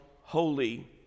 holy